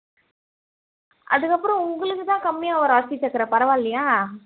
அதற்கப்பறம் உங்களுக்கு தான் கம்மியாக வரும் அரிசி சக்கரை பரவாலயா